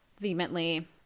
vehemently